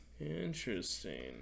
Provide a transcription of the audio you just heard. interesting